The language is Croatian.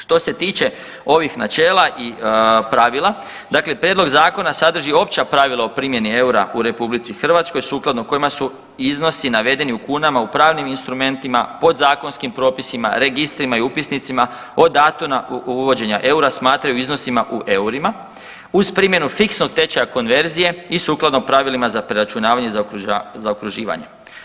Što se tiče ovih načela i pravila dakle prijedlog zakona sadrži opća pravila o primjeni eura u RH sukladno kojima su iznosi navedeni u kunama u pravnim instrumentima, podzakonskim propisima, registrima i upisnicima od datuma uvođenja eura smatraju iznosima u eurima uz primjenu fiksnog tečaja konverzije i sukladno pravilima za preračunavanje i zaokruživanje.